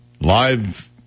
live